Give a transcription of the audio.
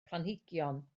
planhigion